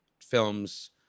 films